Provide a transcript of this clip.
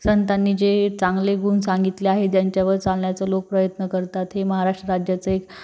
संतांनी जे चांगले गुण सांगितले आहे ज्यांच्यावर चालण्याचं लोक प्रयत्न करतात हे महाराष्ट्र राज्याचं एक